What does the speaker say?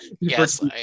Yes